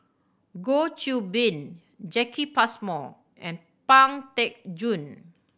Goh Qiu Bin Jacki Passmore and Pang Teck Joon